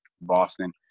Boston